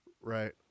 right